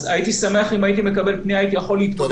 אז הייתי שמח אם הייתי מקבל פנייה הייתי יכול להתמודד אתה,